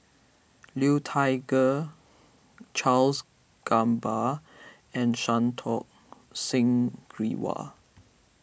Liu Thai Ker Charles Gamba and Santokh Singh Grewal